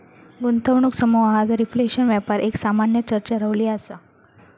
गुंतवणूक समुहात रिफ्लेशन व्यापार एक सामान्य चर्चा रवली असा